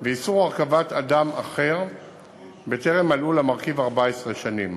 ואיסור הרכבת אדם אחר בטרם מלאו למרכיב 14 שנים.